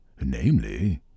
Namely